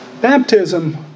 baptism